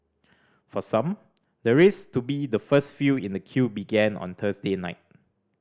for some the race to be the first few in the queue began on Thursday night